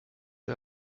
are